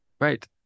right